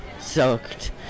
soaked